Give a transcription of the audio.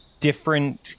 different